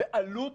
בעלות